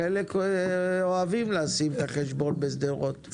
חלק אוהבים לשים את החשבון בשדרות,